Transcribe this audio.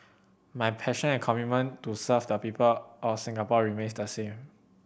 my passion and commitment to serve the people of Singapore remains the same